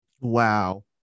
Wow